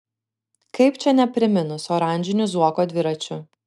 kaip čia nepriminus oranžinių zuoko dviračių